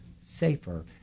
safer